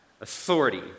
authority